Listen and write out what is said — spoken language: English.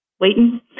waiting